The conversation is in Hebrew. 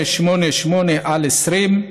מס' פ/5888/20,